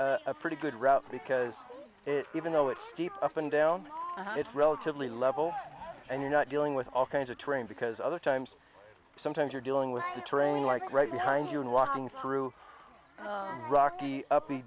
a pretty good route because it even though it's steep up and down it's relatively level and you're not dealing with all kinds of terrain because other times sometimes you're dealing with the terrain like right behind you and walking through rocky up